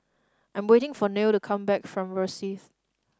I am waiting for Neil to come back from Rosyth